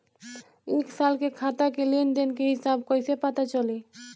एक साल के खाता के लेन देन के हिसाब कइसे पता चली?